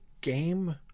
game